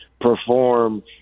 perform